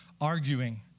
arguing